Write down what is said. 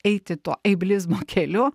eiti to eiblizmo keliu